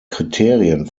kriterien